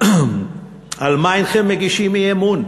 על מה הנכם מגישים אי-אמון?